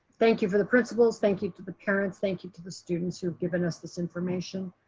thank you for the principals. thank you to the parents. thank you to the students who have given us this information.